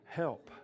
help